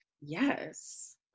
Yes